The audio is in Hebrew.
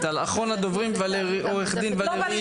בבקשה, עו"ד ולרי